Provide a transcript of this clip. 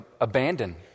abandon